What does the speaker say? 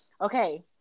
okay